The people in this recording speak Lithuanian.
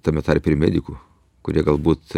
tame tarpe ir medikų kurie galbūt